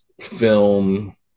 film